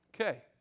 Okay